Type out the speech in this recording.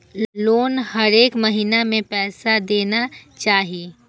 Loan हरेक महीना में पैसा देना चाहि?